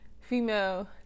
female